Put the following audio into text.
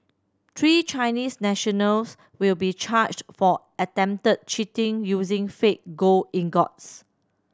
three Chinese nationals will be charged for attempted cheating using fake gold ingots